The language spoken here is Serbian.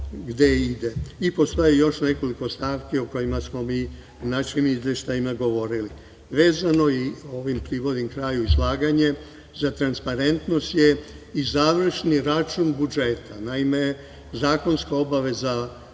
I, postoji još nekoliko stavki o kojima smo u našim izveštajima govorili. Vezano, i ovim privodim kraju izlaganje, za transparentnost je i Završni račun budžeta. Naime, zakonska obaveza Vlade